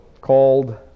called